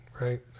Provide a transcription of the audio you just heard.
right